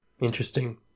Interesting